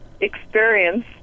experience